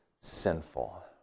sinful